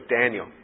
Daniel